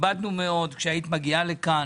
כשהיית מגיעה לכאן